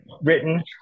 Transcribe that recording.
written